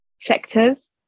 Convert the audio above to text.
sectors